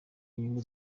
inyungu